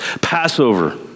Passover